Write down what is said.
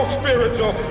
spiritual